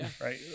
right